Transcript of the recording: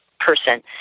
person